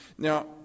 Now